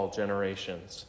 generations